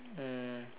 mm